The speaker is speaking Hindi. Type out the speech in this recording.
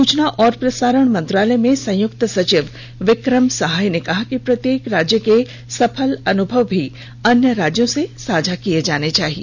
सुचना और प्रसारण मंत्रालय में संयुक्त सचिव वि क्र म सहाय ने कहा कि प्रत्येक राज्य के सफल अनुभव भी अन्य राज्यों से साझा किये जाने चाहिए